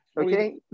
Okay